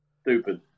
Stupid